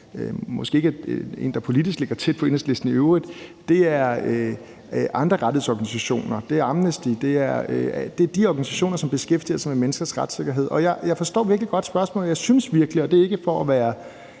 måske ikke er en, der politisk ligger tæt på Enhedslisten i øvrigt, det er andre rettighedsorganisationer, det er Amnesty – det er de organisationer, som beskæftiger sig med menneskers retssikkerhed. Jeg forstår virkelig godt spørgsmålet, og jeg synes virkelig, og det er ikke for være